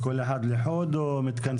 כל אחד לחוד או ביחד?